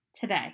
today